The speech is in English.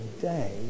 day